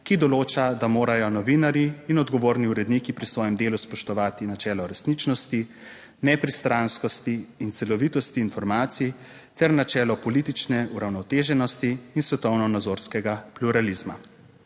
ki določa, da morajo novinarji in odgovorni uredniki pri svojem delu spoštovati načelo resničnosti, nepristranskosti in celovitosti informacij ter načelo politične uravnoteženosti in svetovnonazorskega pluralizma.